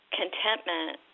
contentment